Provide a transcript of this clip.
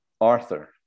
Arthur